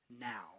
now